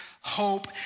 hope